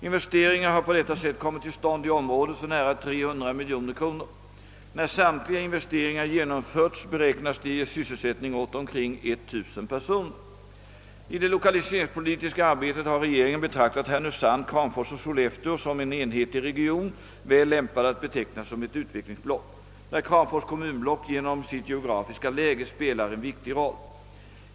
Investeringar har på detta sätt kommit till stånd i området för nära 300 miljoner kronor. När samtliga investeringar genomförts beräknas de ge sysselsättning åt omkring 1 000 personer. I det lokaliseringspolitiska arbeiet har regeringen betraktat Härnösand, Kramfors och Sollefteå som en enhetlig region — väl lämpad att betecknas som ett utvecklingsblock — där Kramfors kommunblock genom sitt geografiska läge spelar en viktig roll.